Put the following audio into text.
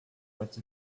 what